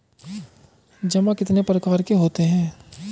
जमा कितने प्रकार के होते हैं?